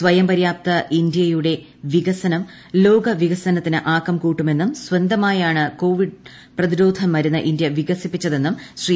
സ്വയംപര്യാപ്ത ഇന്ത്യയുടെ വികസനം ലോക വികസനത്തിന് ആക്കം കൂട്ടുമെന്നും സ്വന്തമായാണ് കോവിഡ് പ്രതിരോധ മരുന്ന് ഇന്ത്യ വികസിപ്പിച്ചത് എന്നും ശ്രീ